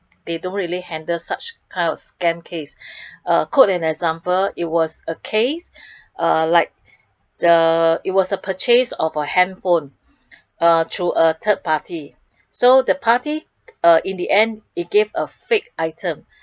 they don't really handle such kind of scam case uh quote in an example it was a case uh like the it was a purchase of a handphone uh through a third party so the party uh in the end it gave a fake item